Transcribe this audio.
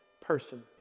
person